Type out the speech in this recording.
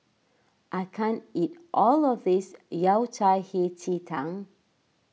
I can't eat all of this Yao Cai Hei Ji Tang